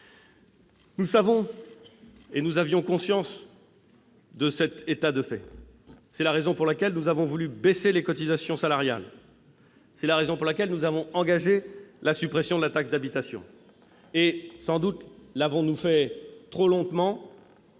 2007 à 2017. Nous avions conscience de cet état de fait. C'est la raison pour laquelle nous avons voulu baisser les cotisations salariales. C'est également la raison pour laquelle nous avons engagé la suppression de la taxe d'habitation. Sans doute l'avons-nous fait trop lentement